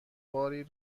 باری